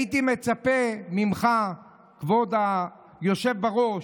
הייתי מצפה ממך, כבוד היושב בראש,